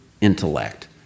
intellect